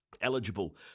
eligible